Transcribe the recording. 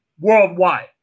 worldwide